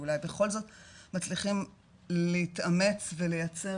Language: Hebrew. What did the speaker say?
שאולי בכל זאת מצליחים להתאמץ ולייצר